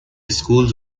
schools